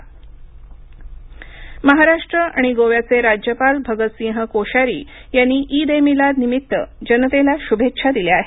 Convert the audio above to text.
ईद शुभेच्छा महाराष्ट्र आणि गोव्याचे राज्यपाल भगतसिंह कोश्यारी यांनी ईद ए मिलाद निमित्त जनतेला शुभेच्छा दिल्या आहेत